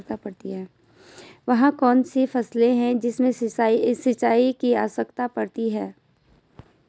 वह कौन कौन सी फसलें हैं जिनमें सिंचाई की आवश्यकता नहीं है?